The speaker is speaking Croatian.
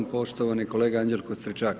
Poštovani kolega Anđelko Stričak.